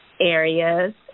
areas